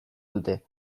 dute